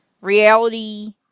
reality